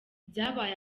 byabaye